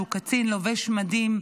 שהוא קצין לובש מדים,